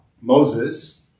Moses